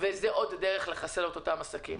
וזה עוד דרך לחסל את אותם עסקים.